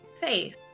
faith